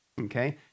okay